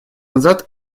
назад